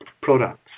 products